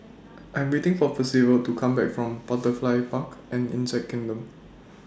I Am waiting For Percival to Come Back from Butterfly Park and Insect Kingdom